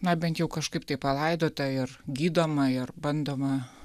na bent jau kažkaip tai palaidota ir gydoma ir bandoma